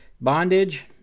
Bondage